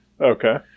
Okay